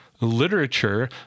literature